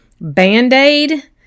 band-aid